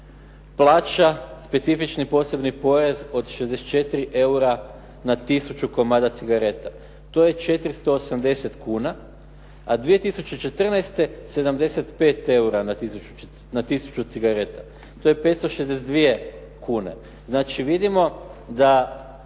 plaća specifični posebni porez od 64 eura na tisuću komada cigareta. To je 480 kuna, a 2014. 75 eura na tisuću cigareta, to je 562 kune. Znači vidimo da